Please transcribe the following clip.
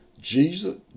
Jesus